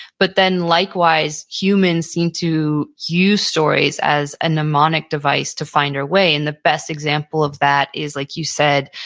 but then likewise, humans seem to use stories as a mnemonic device to find our way. and the best example of that is, like you said,